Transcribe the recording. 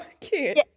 cute